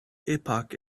epoch